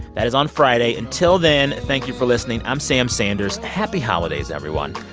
that is on friday. until then, thank you for listening. i'm sam sanders. happy holidays, everyone.